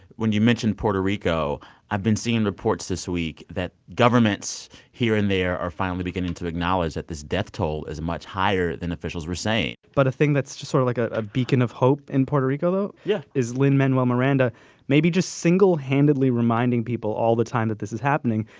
when you mentioned puerto rico i've been seeing reports this week that governments here and there are finally beginning to acknowledge that this death toll is much higher than officials were saying but a thing that's just sort of like ah a beacon of hope in puerto rico though. yeah. is lin-manuel miranda maybe just single-handedly reminding people all the time that this is happening.